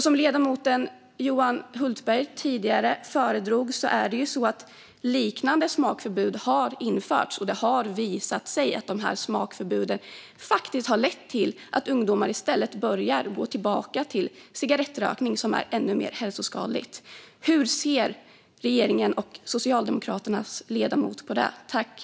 Som ledamoten Johan Hultberg tidigare föredrog har liknande smakförbud införts. Det har visat sig att de smakförbuden har lett till att ungdomar i stället börjar att gå tillbaka till cigarrettrökning, som är ännu mer hälsoskadligt. Hur ser regeringen och ledamoten från Socialdemokraterna på det?